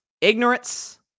Ignorance